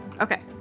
Okay